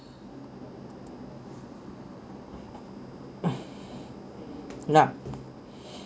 luck